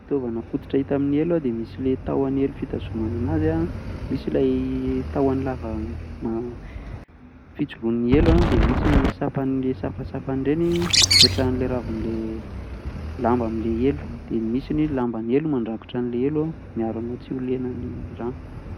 Ny fitaovana fototra hita amin'ny elo an dia le tahoan'elo fitazomana anazy an, misy ilay tahony lava m- fijoroan'ny elo an, dia misy ilay sampantsampany ireny hipetrahan'ilay ravinle lamba amin'ny ilay elo, dia misy ny lamban'elo mandrakotra an'ilay elo an miaro anao tsy ho lenan'ny rano.